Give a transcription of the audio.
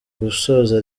gusoza